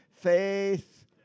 Faith